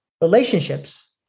relationships